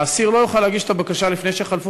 האסיר לא יוכל להגיש את הבקשה לפני שחלפו